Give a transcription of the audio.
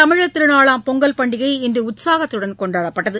தமிழர் திருநாளாம் பொங்கல் பண்டிகை இன்று உற்சாகத்துடன் கொண்டாடப்பட்டது